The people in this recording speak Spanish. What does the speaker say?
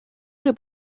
que